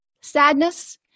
Sadness